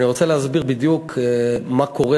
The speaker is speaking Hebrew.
אני רוצה להסביר בדיוק מה קורה